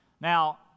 Now